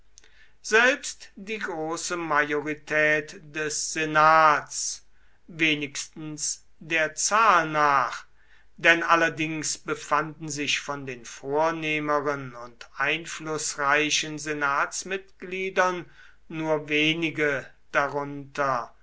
selbst die große majorität des senats wenigstens der zahl nach denn allerdings befanden sich von den vornehmeren und einflußreichen senatsmitgliedern nur wenige darunter